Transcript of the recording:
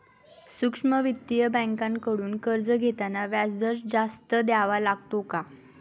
सूक्ष्म वित्तीय बँकांकडून कर्ज घेताना व्याजदर जास्त द्यावा लागतो का?